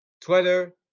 Twitter